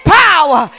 power